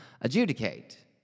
Adjudicate